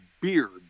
beard